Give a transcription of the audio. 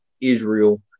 Israel